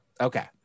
Okay